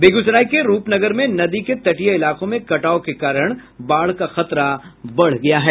बेगूसराय के रूपनगर में नदी के तटीय इलाकों में कटाव के कारण बाढ़ का खतरा बढ़ गया है